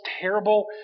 terrible